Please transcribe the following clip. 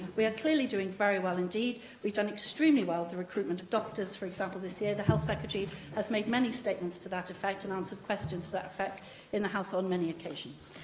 we are clearly doing very well indeed we've done extremely well with the recruitment of doctors, for example, this year. the health secretary has made many statements to that effect and answered questions to that effect in the house on many occasions.